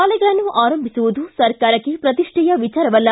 ಶಾಲೆಗಳನ್ನು ಆರಂಭಿಸುವುದು ಸರ್ಕಾರಕ್ಕೆ ಪ್ರತಿಷ್ಠೆಯ ವಿಚಾರವಲ್ಲ